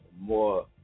More